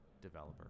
developer